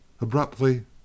Abruptly